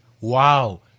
Wow